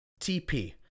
TP